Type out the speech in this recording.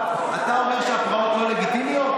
אתה אומר שהפרעות לא לגיטימיות?